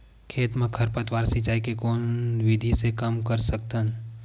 खेत म खरपतवार सिंचाई के कोन विधि से कम कर सकथन?